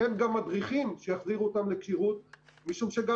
אין גם מדריכים שיחזירו אותם לכשירות משום שגם